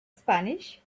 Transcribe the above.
spanish